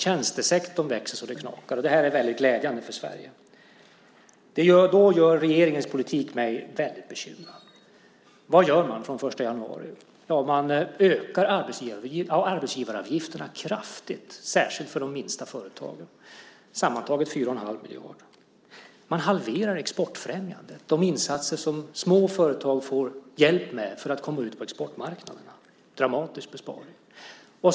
Tjänstesektorn växer så att det knakar, och det här är väldigt glädjande för Sverige. Då gör regeringens politik mig väldigt bekymrad. Vad gör man från den 1 januari? Jo, man ökar arbetsgivaravgifterna kraftigt, särskilt för de minsta företagen. Det är sammantaget 4 1⁄2 miljarder. Man halverar exportfrämjandet, de insatser som små företag får hjälp med för att komma ut på exportmarknaderna. Det är en dramatisk besparing.